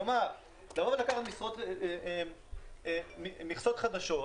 כלומר, לקחת מכסות חדשות.